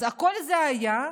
אז כל זה היה,